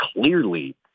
clearly